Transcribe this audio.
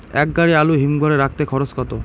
এক গাড়ি আলু হিমঘরে রাখতে খরচ কত?